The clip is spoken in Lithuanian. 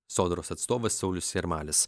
sodros atstovas saulius jarmalis